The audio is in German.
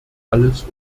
alles